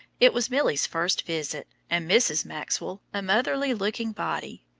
it was milly's first visit, and mrs. maxwell, a motherly-looking body,